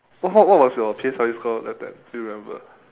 what what what was your P_S_L_E score that time do you remember